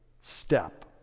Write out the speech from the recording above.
step